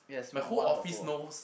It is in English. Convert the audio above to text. my whole office knows